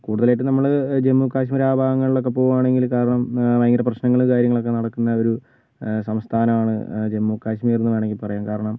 കൂടുതലായിട്ടും നമ്മള് ജമ്മു കാശ്മീര് ആ ഭാഗങ്ങളിൽ ഒക്കെ പോകുവാണെങ്കില് കാരണം ഭയങ്കര പ്രശ്നങ്ങള് കാര്യങ്ങളൊക്കെ നടക്കുന്ന ഒരു സംസ്ഥാനമാണ് ജമ്മു കാശ്മീരെന്ന് വേണമെങ്കിൽ പറയാം കാരണം